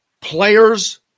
players